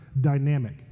dynamic